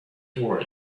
toward